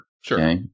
Sure